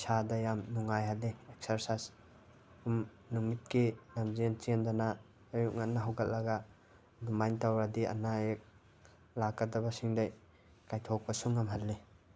ꯏꯁꯥꯗ ꯌꯥꯝ ꯅꯨꯡꯉꯥꯏꯍꯜꯂꯤ ꯑꯦꯛꯁꯔꯁꯥꯏꯁ ꯅꯨꯃꯤꯠꯀꯤ ꯂꯝꯖꯦꯜ ꯆꯦꯟꯗꯅ ꯑꯌꯨꯛ ꯉꯟꯅ ꯍꯧꯒꯠꯂꯒ ꯑꯗꯨꯃꯥꯏꯅ ꯇꯧꯔꯗꯤ ꯑꯅꯥ ꯑꯌꯦꯛ ꯂꯥꯛꯀꯗꯕꯁꯤꯡꯗꯩ ꯀꯥꯏꯊꯣꯛꯄꯁꯨ ꯉꯝꯍꯜꯂꯤ